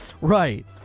Right